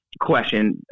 question